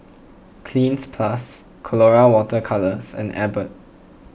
Cleanz Plus Colora Water Colours and Abbott